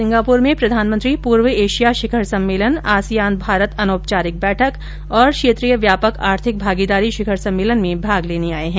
Singapore में प्रधानमंत्री पूर्व एशिया शिखर सम्मेलन आसियान भारत अनौपचारिक बैठक और क्षेत्रीय व्यापक आर्थिक भागीदारी शिखर सम्मेलन में भाग लेने गये है